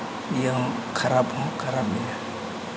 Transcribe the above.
ᱤᱭᱟᱹ ᱦᱚᱸ ᱠᱷᱟᱨᱟᱯ ᱦᱚᱸ ᱠᱷᱟᱨᱟᱯ ᱜᱮᱭᱟ